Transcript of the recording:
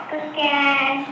again